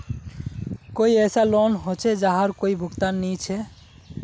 कोई ऐसा लोन होचे जहार कोई भुगतान नी छे?